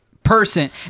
person